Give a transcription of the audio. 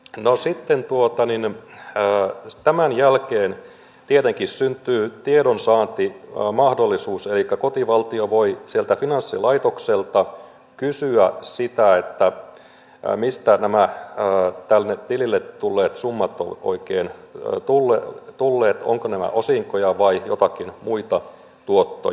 no sitten tämän jälkeen tietenkin syntyy tiedonsaantimahdollisuus elikkä kotivaltio voi sieltä finanssilaitokselta kysyä sitä mistä nämä tilille tulleet summat ovat oikein tulleet ovatko nämä osinkoja vai joitakin muita tuottoja